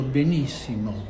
benissimo